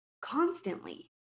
constantly